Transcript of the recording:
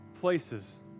places